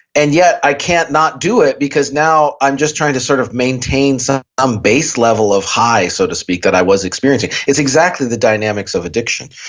and yet i can't not do it because now i'm just trying to sort of maintain some um base level of high so to speak that i was experiencing. it's exactly the dynamics of addiction.